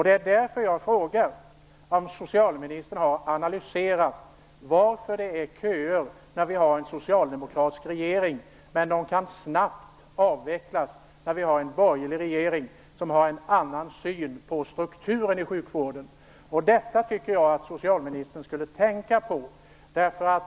Det är därför jag frågar om socialministern har analyserat varför det finns köer när vi har en socialdemokratisk regering och varför köerna snabbt kan avvecklas när vi har en borgerlig regering som har en annan syn på strukturen i sjukvården. Detta tycker jag att socialministern skulle tänka på.